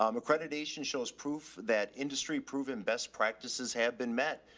um accreditation shows proof that industry proven best practices have been met.